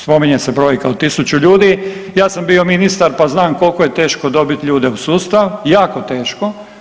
Spominje se brojka od 1000 ljudi, ja sam bio ministar pa znam koliko je teško dobiti ljude u sustav, jako teško.